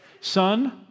son